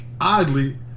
oddly